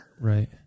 Right